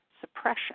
suppression